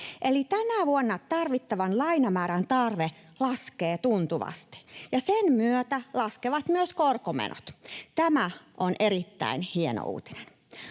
Eli tänä vuonna tarvittavan lainamäärän tarve laskee tuntuvasti, ja sen myötä laskevat myös korkomenot. Tämä on erittäin hieno uutinen.